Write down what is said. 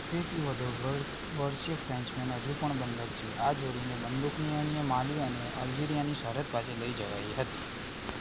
સિત્તેરથી વધુ વર્ષ વર્ષીય ફ્રેન્ચમેન હજુ પણ બંધક છે આ જોડીને બંદૂકની અણીએ માલી અને અલ્જીરિયાની સરહદ પાસે લઇ જવાઈ હતી